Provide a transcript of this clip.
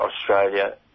Australia